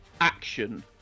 action